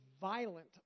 violent